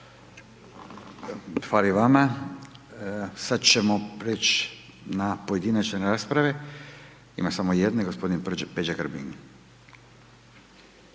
Hvala i vama. Sad ćemo prijeći na pojedinačne rasprave, ima samo jedna, g. Peđa Grbin.